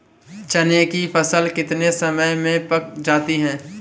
चने की फसल कितने समय में पक जाती है?